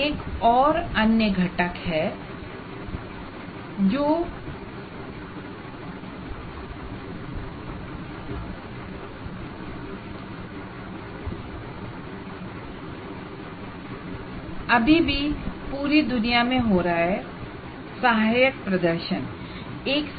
एक और अन्य घटक है है जो अभी भी पूरी दुनिया में हो रहा है असिस्टेड परफॉर्मेंस